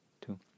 two